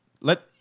let